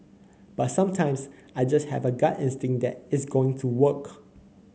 but sometimes I just have a gut instinct that it's going to work